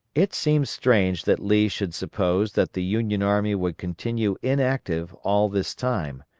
it seems strange that lee should suppose that the union army would continue inactive all this time,